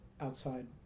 outside